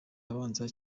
abanza